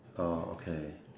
okay